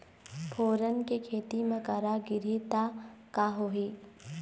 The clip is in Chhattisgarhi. फोरन के खेती म करा गिरही त का होही?